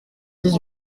dix